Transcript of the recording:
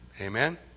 Amen